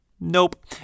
Nope